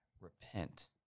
Repent